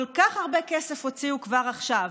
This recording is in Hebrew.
כל כך הרבה כסף הוציאו כבר עכשיו,